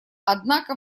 однако